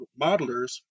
modelers